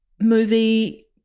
movie